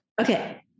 Okay